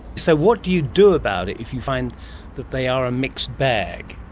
so what do you do about it, if you find that they are a mixed bag?